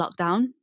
lockdown